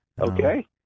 Okay